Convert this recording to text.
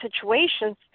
situations